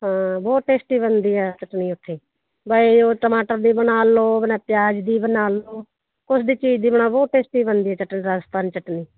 ਹਾਂ ਬਹੁਤ ਟੇਸਟੀ ਬਣਦੀ ਆ ਚਟਣੀ ਉੱਥੇ ਬਾਈ ਉਹ ਟਮਾਟਰ ਦੀ ਬਣਾ ਲਏ ਆਪਣਾ ਪਿਆਜ਼ ਦੀ ਬਣਾ ਲਓ ਕੁਛ ਦੀ ਚੀਜ਼ ਦੀ ਬਣਾ ਬਹੁਤ ਟੇਸਟੀ ਬਣਦੀ ਆ ਚਟਨੀ ਰਾਜਸਥਾਨੀ ਚਟਨੀ